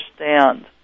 understand